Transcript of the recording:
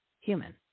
human